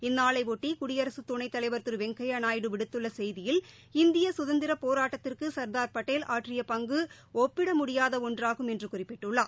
இந்நாளைபொட்டி குடியரசு துணைத்தலைவா் திரு வெங்கையாநாயுடு விடுத்துள்ள செய்தியில் இந்திய சுதந்திரப் போராட்டத்திற்கு சர்தார் படேல் ஆற்றிய பங்கு ஒப்பிட முடியாத ஒன்றாகும் என்று குறிப்பிட்டுள்ளார்